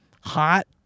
hot